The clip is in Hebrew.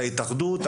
ההתאחדות,